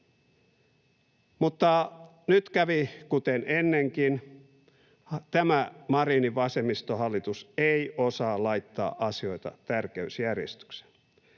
Mutta nyt kävi kuten ennenkin: Tämä Marinin vasemmistohallitus ei osaa laittaa asioita tärkeysjärjestykseen.